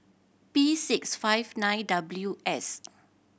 P six five nine W S